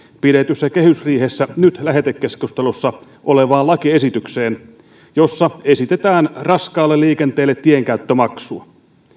pidetyssä kehysriihessä nyt lähetekeskustelussa olevaan lakiesitykseen jossa esitetään raskaalle liikenteelle tienkäyttömaksua